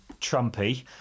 Trumpy